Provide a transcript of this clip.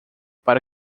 para